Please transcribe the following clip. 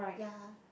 ya